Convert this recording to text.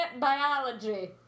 biology